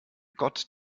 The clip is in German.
gott